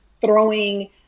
throwing